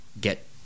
get